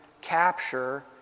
capture